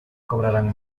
cobrarán